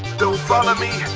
don't follow me,